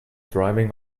driving